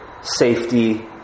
...safety